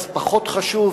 אז פחות חשוב